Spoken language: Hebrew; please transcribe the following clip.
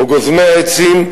או גוזמי העצים,